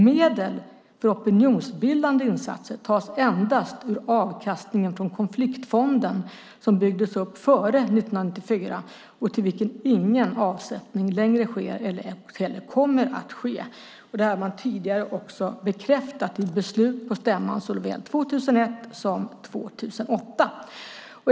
Medel för opinionsbildande insatser tas endast ur avkastningen från konfliktfonden som byggdes upp före 1994 och till vilken ingen avsättning längre sker eller kommer att ske. Det har man tidigare också bekräftat vid beslut på stämman såväl 2001 som 2008.